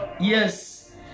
Yes